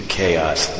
Chaos